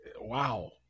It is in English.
wow